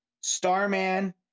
Starman